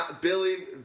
Billy